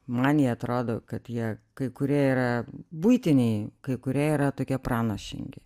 man jie atrodo kad jie kai kurie yra buitiniai kai kurie yra tokie pranašingi